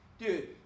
dude